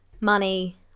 money